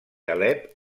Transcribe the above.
alep